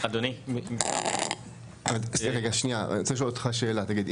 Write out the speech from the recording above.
אני רוצה לשאול אותך שאלה, תגיד.